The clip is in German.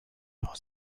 nur